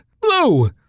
Blue